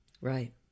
Right